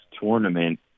tournament